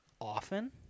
often